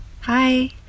hi